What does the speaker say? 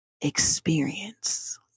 experience